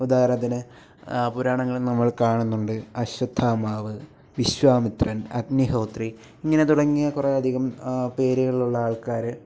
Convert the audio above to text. ഉദാഹരണത്തിന് പുരാണങ്ങളിൽ നമ്മൾ കാണുന്നുണ്ട് അശ്വത്ഥാമാവ് വിശ്വാമിത്രൻ അഗ്നിഹോത്രി ഇങ്ങനെ തുടങ്ങിയ കുറെയധികം പേരുകളിലുള്ള ആൾക്കാർ